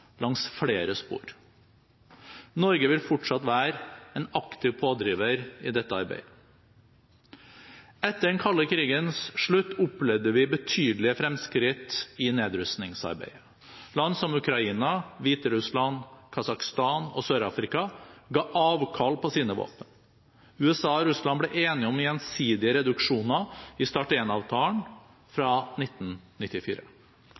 langs flere spor. Norge vil fortsatt være en aktiv pådriver i dette arbeidet. Etter den kalde krigens slutt opplevde vi betydelige fremskritt i nedrustningsarbeidet. Land som Ukraina, Hviterussland, Kasakhstan og Sør-Afrika ga avkall på sine våpen. USA og Russland ble enige om gjensidige reduksjoner i START